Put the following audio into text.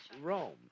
Rome